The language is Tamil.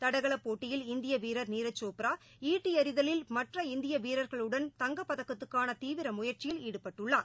தடகள போட்டியில் இந்திய வீரர் நீரஜ் சோப்ரா ஈட்டி எறிதலில் மற்ற இந்திய வீரர்களுடன் தங்கப்பதக்கத்துக்கான தீவிர முயற்சியில் ஈடுபட்டுள்ளார்